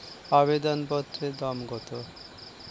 আবেদন পত্রের দাম কত?